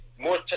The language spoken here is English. more